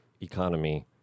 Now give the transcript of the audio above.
economy